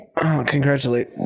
congratulate